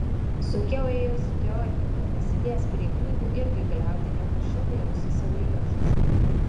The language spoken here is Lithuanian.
sunkiau ėjosi teorija bet pasėdėjęs prie knygų irgi gliaudė ne prasčiau nei rusas saulėgrąžas